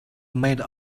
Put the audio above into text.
made